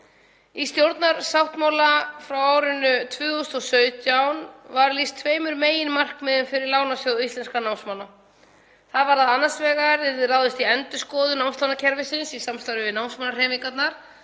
Í stjórnarsáttmála frá árinu 2017 var lýst tveimur meginmarkmiðum fyrir Lánasjóð íslenskra námsmanna. Annars vegar yrði ráðist í endurskoðun námslánakerfisins í samstarfi við námsmannahreyfingarnar